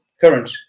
current